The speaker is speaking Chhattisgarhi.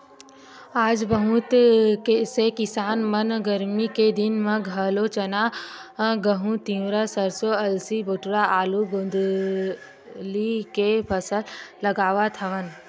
आज बहुत से किसान मन गरमी के दिन म घलोक चना, गहूँ, तिंवरा, सरसो, अलसी, बटुरा, आलू, गोंदली के फसल लगावत हवन